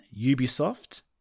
Ubisoft